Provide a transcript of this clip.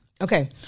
Okay